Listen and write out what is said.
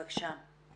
בבקשה.